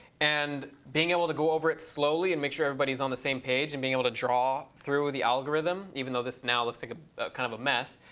and being able to go over it slowly and make sure everybody's on the same page and being able to draw through the algorithm, even though this now looks like ah kind of a mess,